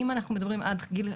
אם אנחנו מדברים עד גיל,